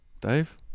Dave